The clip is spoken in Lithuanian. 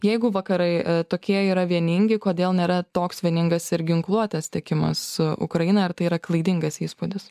jeigu vakarai tokie yra vieningi kodėl nėra toks vieningas ir ginkluotės tiekimas ukrainai ar tai yra klaidingas įspūdis